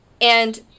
And-